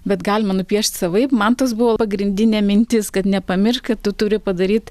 bet galima nupiešt savaip man tas buvo pagrindinė mintis kad nepamiršk tu turi padaryt